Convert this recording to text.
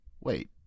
Wait